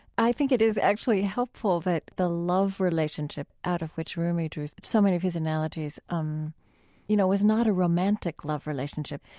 i think it is actually helpful that the love relationship, out of which rumi drew so many of his analogies, um you you know, is not a romantic love relationship.